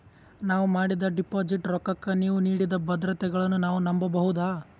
ನಾವು ಮಾಡಿದ ಡಿಪಾಜಿಟ್ ರೊಕ್ಕಕ್ಕ ನೀವು ನೀಡಿದ ಭದ್ರತೆಗಳನ್ನು ನಾವು ನಂಬಬಹುದಾ?